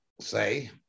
Say